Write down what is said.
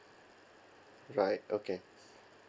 right okay